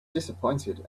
disappointed